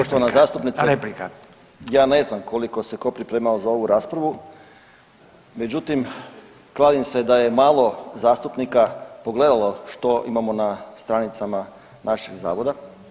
Poštovana zastupnice ja ne znam koliko se tko pripremao za ovu raspravu, međutim kladim se da je malo zastupnika pogledalo što imamo na stranicama našeg zavoda.